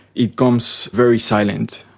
it comes very silent.